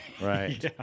Right